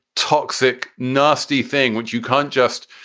toxic, nasty thing, which you can't just,